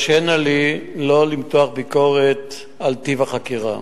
הרשה נא לי לא למתוח ביקורת על טיב החקירה.